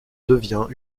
devient